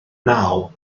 naw